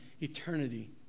eternity